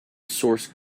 source